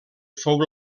fou